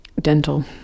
dental